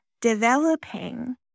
developing